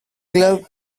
club